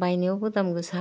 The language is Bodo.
बायनायावबो दाम गोसा